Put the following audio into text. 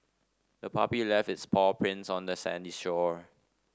the puppy left its paw prints on the sandy shore